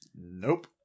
nope